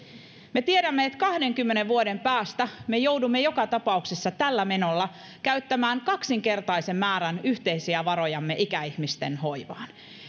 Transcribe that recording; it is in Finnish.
me tiedämme että kahdenkymmenen vuoden päästä me joudumme joka tapauksessa tällä menolla käyttämään kaksinkertaisen määrän yhteisiä varojamme ikäihmisten hoivaan